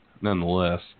nonetheless